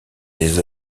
des